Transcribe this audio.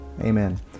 Amen